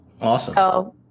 Awesome